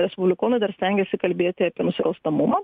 respublikonai dar stengiasi kalbėti apie nusikalstamumą